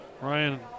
Ryan